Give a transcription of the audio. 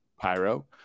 Pyro